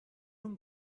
اون